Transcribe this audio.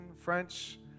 French